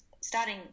starting